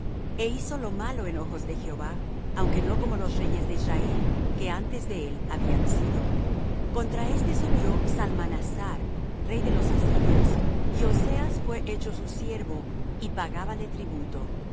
e hizo lo malo en ojos de jehová aunque no como los reyes de israel que antes de él habían sido contra éste subió salmanasar rey de los asirios y oseas fué hecho su siervo y pagábale tributo mas